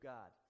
God